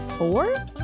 Four